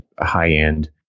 high-end